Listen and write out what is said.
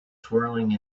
swirling